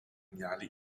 geniale